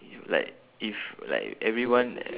like if like everyone